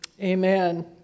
Amen